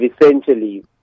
essentially